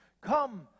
Come